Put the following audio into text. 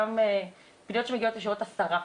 גם פניות שמגיעות ישירות לשרה,